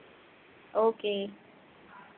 okay